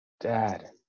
Dad